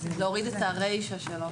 את הרישה שלו.